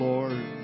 Lord